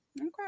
Okay